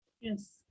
Yes